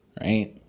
right